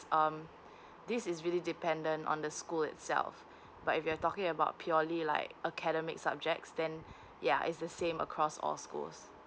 um this is really dependent on the school itself but if you're talking about purely like academic subjects then ya it's the same across all schools